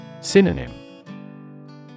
Synonym